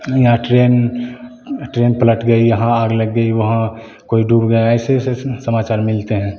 या train train पलट गई यहाँ आग लग गई वहाँ कोई डूब गया ऐसे ऐसे समाचार मिलते हैं